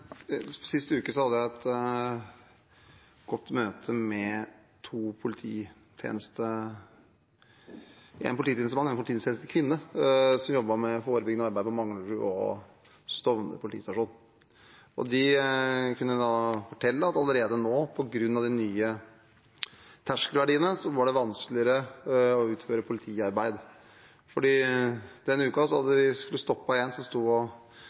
hadde jeg et godt møte med en polititjenestemann og en polititjenestekvinne som jobbet med forebyggende arbeid på henholdsvis Manglerud og Stovner politistasjon. De kunne fortelle at allerede nå, på grunn av de nye terskelverdiene, var det vanskeligere å utføre politiarbeid. Denne uken hadde de stoppet en som sto og